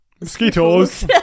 mosquitoes